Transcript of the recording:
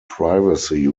privacy